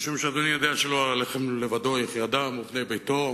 משום שאדוני יודע שלא על הלחם לבדו יחיו אדם ובני ביתו.